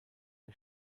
der